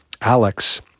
Alex